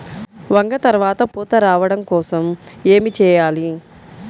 వంగ త్వరగా పూత రావడం కోసం ఏమి చెయ్యాలి?